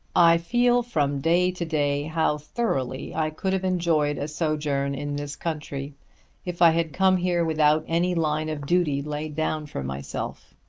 i feel from day to day how thoroughly i could have enjoyed a sojourn in this country if i had come here without any line of duty laid down for myself.